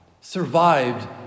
survived